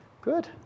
Good